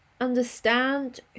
understand